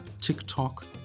TikTok